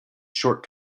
short